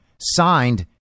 signed